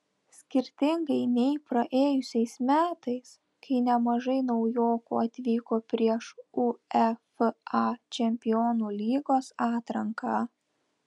skirtingai nei praėjusiais metais kai nemažai naujokų atvyko prieš uefa čempionų lygos atranką